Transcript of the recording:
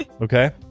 okay